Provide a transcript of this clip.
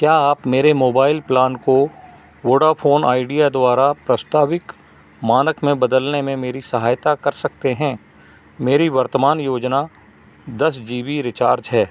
क्या आप मेरे मोबाइल प्लान को वोडाफ़ोन आइडिया द्वारा प्रस्तावित मानक में बदलने में मेरी सहायता कर सकते हैं मेरी वर्तमान योजना दस जी बी रिचार्ज है